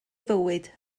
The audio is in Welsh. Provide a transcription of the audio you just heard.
fywyd